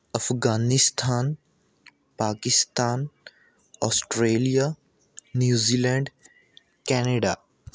Afghanistan Pakistan Australia New Zealand Canada